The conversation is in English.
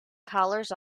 collars